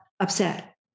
Upset